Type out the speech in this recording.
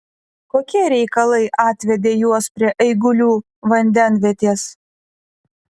kokie reikalai atvedė juos prie eigulių vandenvietės